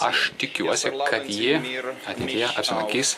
aš tikiuosi kad ji ateityje apsilankys